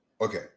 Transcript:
Okay